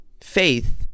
faith